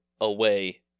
away